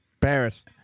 Paris